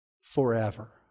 forever